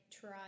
try